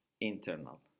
internal